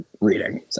reading